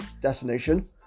destination